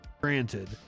Granted